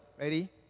Ready